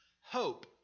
hope